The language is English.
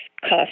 cost